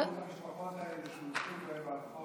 מה עם השכירות למשפחות האלה שנזרקו לרחוב?